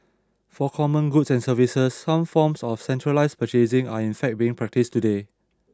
for common goods and services some forms of centralised purchasing are in fact being practised today